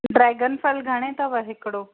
dragon फलु घणे अथव हिकिड़ो